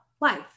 life